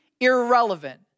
irrelevant